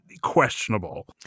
questionable